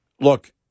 look